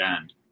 end